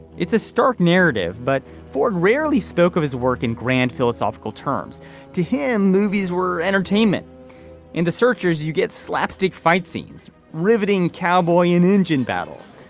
it's a stark narrative but ford rarely spoke of his work in grand philosophical terms to him. movies were entertainment in the searchers you get slapstick fight scenes riveting cowboy and engine battles.